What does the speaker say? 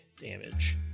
damage